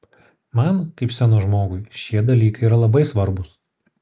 man kaip scenos žmogui šie dalykai yra labai svarbūs